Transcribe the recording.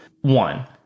One